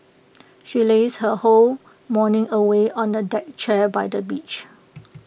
she lazed her whole morning away on A deck chair by the beach